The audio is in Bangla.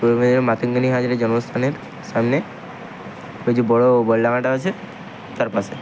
পূর্ব মেদিনী মাতঙ্গিনী হাজরা জন্মস্থানের সামনে ওই যে বড়ো বল ডাঙাটা আছে তার পাশে